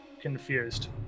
confused